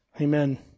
Amen